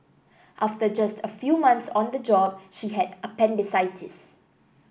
after just a few months on the job she had appendicitis